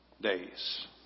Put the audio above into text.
days